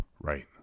Right